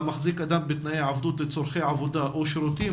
"המחזיק אדם בתנאי עבדות לצורכי עבודה או שירותים,